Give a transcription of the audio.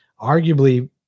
arguably